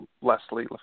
Leslie